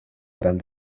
gran